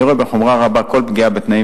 אני רואה בחומרה רבה כל פגיעה בתנאים